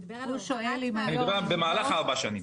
הוא מדבר על --- אני מדבר על במהלך ארבע השנים.